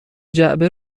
جعبه